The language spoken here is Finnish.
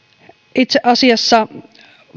itse asiassa